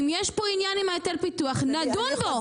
אם יש פה עניין עם היטל הפיתוח נדון בו.